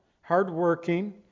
hardworking